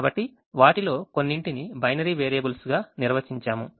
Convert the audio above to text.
కాబట్టి వాటిలో కొన్నింటిని బైనరీ వేరియబుల్స్గా నిర్వచించాము